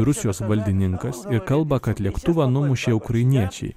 rusijos valdininkas kalba kad lėktuvą numušė ukrainiečiai